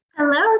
Hello